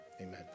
Amen